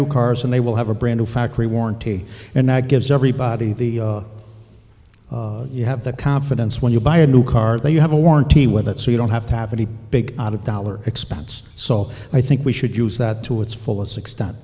new cars and they will have a brand new factory warranty and that gives everybody the you have the confidence when you buy a new car that you have a warranty with it so you don't have to have any big out of dollar expense so i think we should use that to its fullest extent